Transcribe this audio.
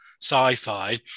sci-fi